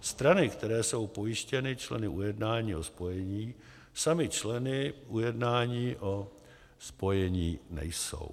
Strany, které jsou pojištěny členy ujednání o spojení, samy členy ujednání o spojení nejsou.